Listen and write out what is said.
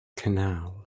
canal